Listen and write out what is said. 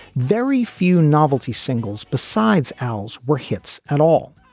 very few novelty singles besides owls. were hits at all.